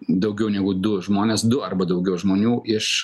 daugiau negu du žmonės du arba daugiau žmonių iš